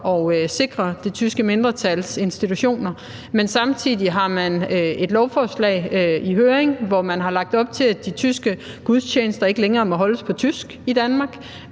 at sikre det tyske mindretals institutioner, men samtidig har man et lovforslag i høring, hvor man har lagt op til, at de tyske gudstjenester ikke længere må holdes på tysk i Danmark,